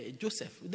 Joseph